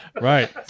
Right